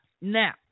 Now